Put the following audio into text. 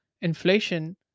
Inflation